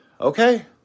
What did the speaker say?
Okay